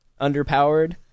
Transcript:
Underpowered